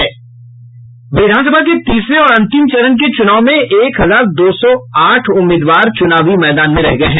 विधानसभा के तीसरे और अंतिम चरण के चूनाव में एक हजार दो सौ आठ उम्मीदवार चुनावी मैदान में रह गये हैं